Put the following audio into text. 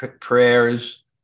prayers